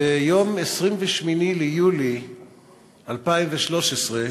ביום 28 ביולי 2013,